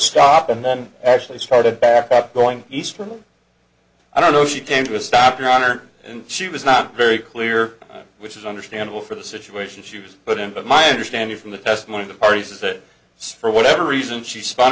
stop and then actually started back up going east from i don't know she came to a stop your honor and she was not very clear which is understandable for the situation she was put in but my understanding from the testimony of the parties is it safe for whatever reason she spun